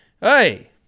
Hey